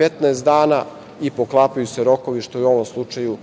15 dana i poklapaju se rokovi, što je u ovom slučaju